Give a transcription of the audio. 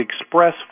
Express